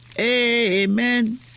Amen